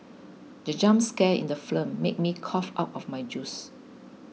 the jump scare in the film made me cough out my juice